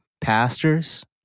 pastors